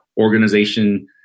organization